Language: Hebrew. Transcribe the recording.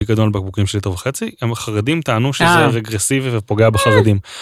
פיקדון על בקבוקים של ליטר וחצי, החרדים טענו שזה רגרסיבי ופוגע בחרדים.